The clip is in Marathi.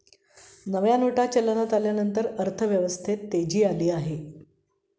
नव्या नोटा चलनात आल्यानंतर अर्थव्यवस्थेत तेजी आली आहे